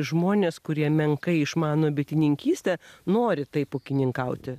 žmonės kurie menkai išmano bitininkystę nori taip ūkininkauti